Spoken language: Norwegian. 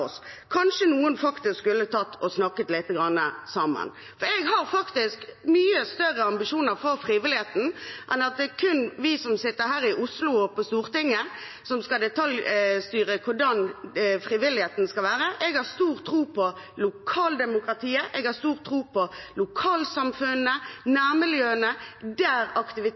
Kanskje noen faktisk skulle snakket lite grann sammen? Jeg har faktisk mye større ambisjoner for frivilligheten enn at det kun er vi som sitter her i Oslo og på Stortinget, som skal detaljstyre hvordan frivilligheten skal være. Jeg har stor tro på lokaldemokratiet, jeg har stor tro på lokalsamfunnene og nærmiljøene der